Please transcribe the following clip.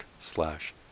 slash